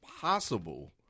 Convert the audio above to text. possible